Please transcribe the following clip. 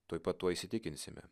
tuoj pat tuo įsitikinsime